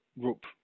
group